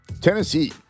Tennessee